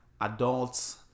adults